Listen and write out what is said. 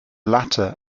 latter